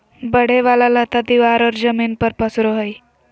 बढ़े वाला लता दीवार और जमीन पर पसरो हइ